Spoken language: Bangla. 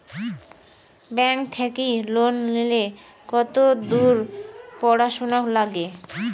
ব্যাংক থাকি লোন নিলে কতদূর পড়াশুনা নাগে?